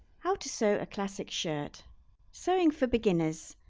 how to sew a classic shirt sewing for beginners